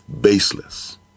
baseless